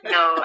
no